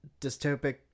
dystopic